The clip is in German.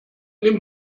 nimmt